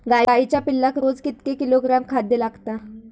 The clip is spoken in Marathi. गाईच्या पिल्लाक रोज कितके किलोग्रॅम खाद्य लागता?